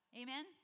Amen